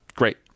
Great